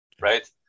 right